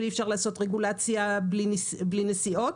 ואי-אפשר לעשות רגולציה בלי נסיעות.